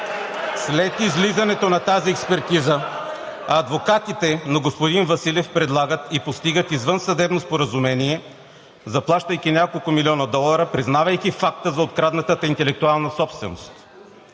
след излизането на тази експертиза адвокатите на господин Василев предлагат и постигат извънсъдебно споразумение, заплащайки няколко милиона долара, признавайки факта за открадната интелектуална собственост.